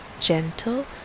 gentle